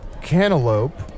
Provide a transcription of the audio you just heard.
cantaloupe